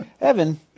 Evan